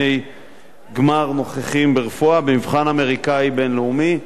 גמר מוכיחים ברפואה במבחן אמריקני בין-לאומי,